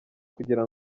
kugira